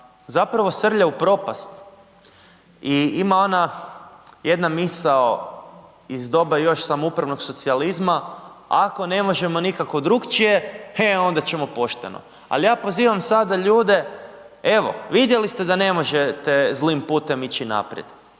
zapravo srlja u propast. I ima ona jedna misao iz doba još samoupravnog socijalizma: „Ako ne možemo nikako drukčije, he onda ćemo pošteno.“. Ali ja pozivam sada ljude, evo, vidjeli ste da ne možete zlim putem ići naprijed,